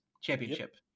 Championship